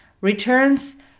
Returns